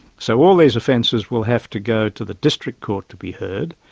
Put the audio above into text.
so all these offences will have to go to the district court to be heard.